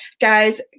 guys